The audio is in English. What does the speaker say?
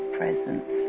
presence